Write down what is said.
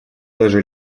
даже